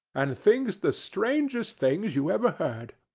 and thinks the strangest things you ever heard.